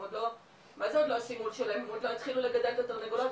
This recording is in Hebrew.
הם עוד לא התחילו לגדל תרנגולות,